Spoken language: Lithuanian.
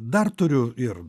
dar turiu ir